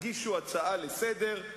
תגישו הצעה לסדר-היום,